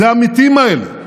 זה המתים האלה,